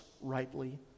rightly